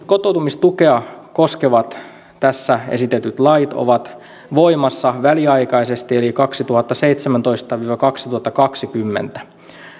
kotoutumistukea koskevat tässä esitetyt lait ovat voimassa väliaikaisesti eli kaksituhattaseitsemäntoista viiva kaksituhattakaksikymmentä